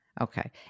Okay